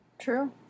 True